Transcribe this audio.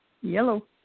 Yellow